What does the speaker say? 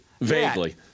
Vaguely